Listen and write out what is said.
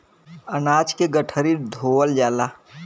अनाज के गठरी धोवल जाला